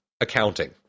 accounting